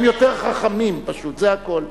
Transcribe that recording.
הם יותר חכמים, פשוט, זה הכול.